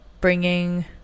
bringing